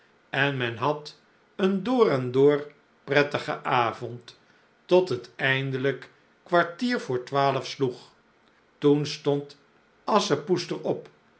en men had een door en door prettigen avond tot het eindelijk kwartier voor twaalf sloeg toen stond asschepoester op